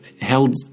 held